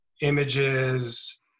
images